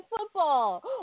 football